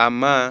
Ama